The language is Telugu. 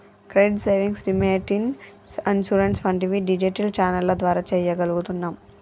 క్రెడిట్, సేవింగ్స్, రెమిటెన్స్, ఇన్సూరెన్స్ వంటివి డిజిటల్ ఛానెల్ల ద్వారా చెయ్యగలుగుతున్నాం